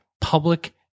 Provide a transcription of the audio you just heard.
public